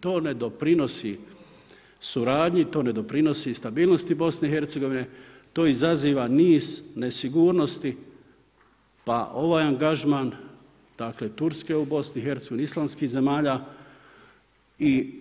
To ne doprinosi suradnji, to ne doprinosi stabilnosti, stabilnosti BiH-a, to izaziva niz nesigurnost pa ovaj angažman, dakle Turske u BiH-a, islandskih zemalja i